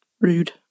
Rude